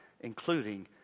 including